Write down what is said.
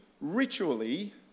ritually